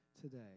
today